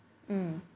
hmm